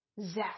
zest